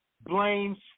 blames